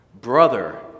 brother